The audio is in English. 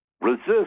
resist